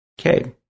Okay